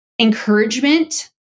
encouragement